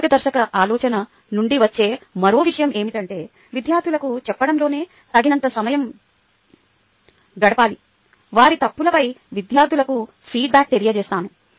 ఈ మార్గదర్శక ఆలోచన నుండి వచ్చే మరో విషయం ఏమిటంటే విద్యార్థులకు చెప్పడంలో నేను తగినంత సమయం గడపాలి వారి తప్పులపై విద్యార్థులకు ఫీడ్బ్యాక్ తెలియజేస్తాను